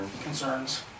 concerns